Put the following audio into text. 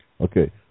okay